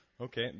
Okay